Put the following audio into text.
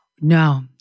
No